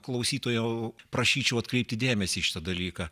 klausytojau prašyčiau atkreipti dėmesį į šitą dalyką